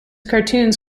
cartoons